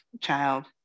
child